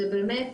זה באמת,